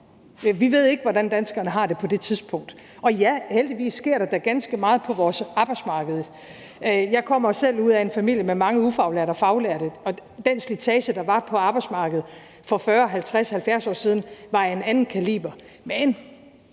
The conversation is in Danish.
Vi ved ikke, hvordan danskerne har det på det tidspunkt. Og ja, heldigvis sker der da ganske meget på vores arbejdsmarked. Jeg kommer selv ud af en familie med mange ufaglærte og faglærte, og den slitage, der var på arbejdsmarkedet for 40, 50, 70 år siden, var af en anden kaliber. Men